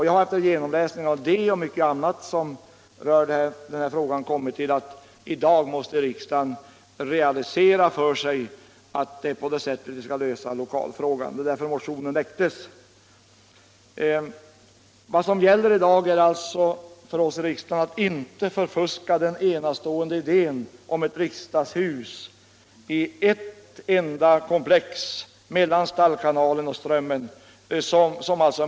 Jag har efter genomläsning av det förslaget och mycket annat som rör denna fråga kommit fram till att riksdagen i dag måste göra klart för sig att det är på det sättet vi skall lösa lokalfrågan. Det är viktigt att vi inte förfuskar den enastående idén om ett riksdagshus i ett enda komplex mellan Stallkanalen och Strömmen.